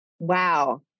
Wow